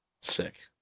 Sick